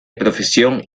profesión